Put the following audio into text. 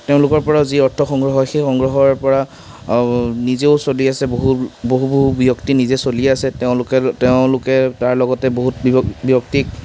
তেওঁলোকৰ পৰাও যি অৰ্থ সংগ্ৰহ হয় সেই সংগ্ৰহৰ পৰা নিজেও চলি আছে বহু বহু বহু ব্যক্তি নিজে চলি আছে তেওঁলোকে তেওঁলোকে তাৰ লগতে বহুত ব্য ব্যক্তিক